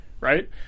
right